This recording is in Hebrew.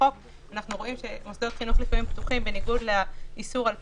רואים שמוסדות חינוך לפעמים פתוחים בניגוד לאיסור על פתיחה,